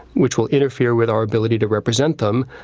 which will interfere with our ability to represent them.